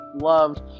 loved